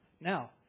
Now